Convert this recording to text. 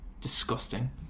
disgusting